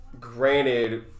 Granted